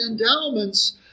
endowments